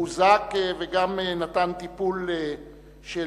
הוא הוזעק וגם נתן טיפול חירום,